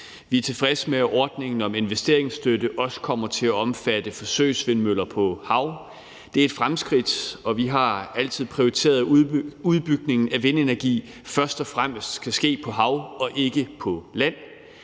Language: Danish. Vi er tilfredse med, at ordningen om investeringsstøtte også kommer til at omfatte forsøgsvindmøller på hav; det er et fremskridt, og vi har altid prioriteret, at udbygningen af vindenergi først og fremmest skal ske på hav og ikke på land.